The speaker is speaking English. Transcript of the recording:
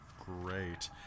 great